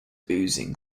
oozing